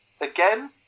again